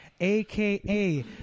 aka